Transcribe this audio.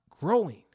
growing